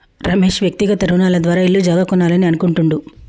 రమేష్ వ్యక్తిగత రుణాల ద్వారా ఇల్లు జాగా కొనాలని అనుకుంటుండు